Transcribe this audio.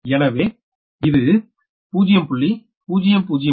எனவே இது 0